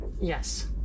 Yes